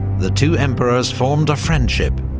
the two emperors formed a friendship,